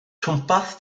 twmpath